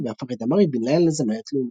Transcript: והפך את דמארי בן-לילה לזמרת לאומית.